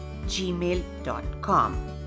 gmail.com